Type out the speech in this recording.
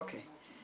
אין ספק.